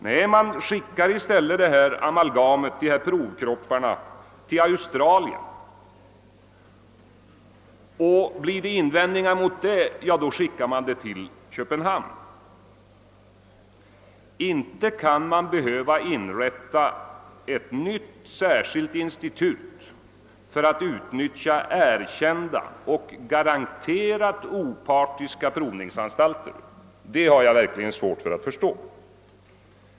Nej, man skickar i stället amalgamet till Australien, och blir det invändningar mot detta skickar man det till Köpenhamn. Inte kan man behöva inrätta ett nytt särskilt institut för att utnyttja erkända och garanterat opartiska provningsan stalter. Det har jag verkligen svårt för att förstå.